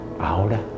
ahora